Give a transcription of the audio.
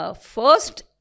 First